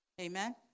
Amen